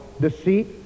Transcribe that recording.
deceit